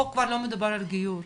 פה כבר לא מדובר על גיור,